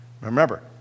Remember